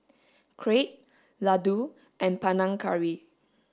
crepe Ladoo and Panang Curry